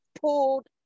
pulled